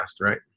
right